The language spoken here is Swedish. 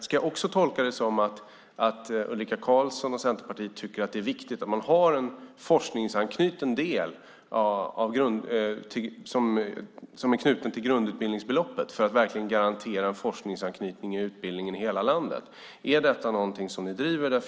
Ska jag också tolka det som att Ulrika Carlsson och Centerpartiet tycker att det är viktigt att man har en forskningsanknuten del knuten till grundutbildningsbeloppet för att garantera forskningsanknytning i utbildning i hela landet? Är det något som ni driver?